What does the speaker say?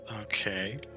okay